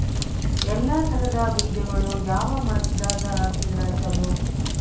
ಎಲ್ಲಾ ತರದ ಬೇಜಗೊಳು ಯಾವ ಮಾಸದಾಗ್ ಹಾಕಿದ್ರ ಛಲೋ?